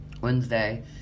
Wednesday